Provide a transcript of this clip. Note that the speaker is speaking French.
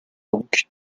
donc